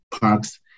parks